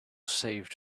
saved